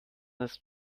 ist